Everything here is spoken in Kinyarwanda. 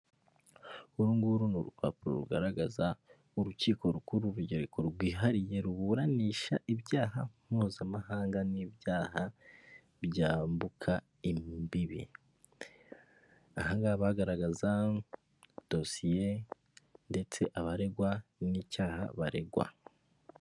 Uru nguru ni urupapuro rugaragaza urukiko rukuru, urugereko rwihariye ruburanisha ibyaha mpuzamahanga, n'ibyaha byambuka imbibi, aha bagaragaza dosiye, ndetse abaregwa n'icyaha baregwa.